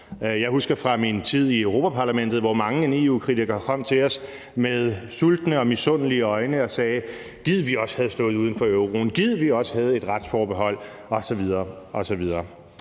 Jeg husker fra min tid i Europa-Parlamentet, hvordan mangen en EU-kritiker kom til os med sultne og misundelige øjne og sagde: Gid, vi også havde stået uden for euroen, gid, vi også havde et retsforbehold osv. osv.